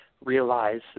realize